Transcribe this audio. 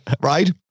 right